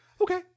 Okay